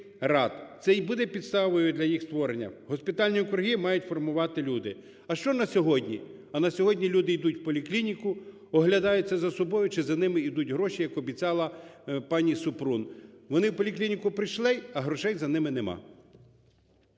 Це і буде підставою для їх створення. Госпітальні округи мають формувати люди. А що на сьогодні? А на сьогодні люди йдуть у поліклініку, оглядаються за собою, чи за ними йдуть гроші, як обіцяла пані Супрун. Вони у поліклініку прийшли, а грошей за ними нема.